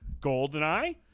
Goldeneye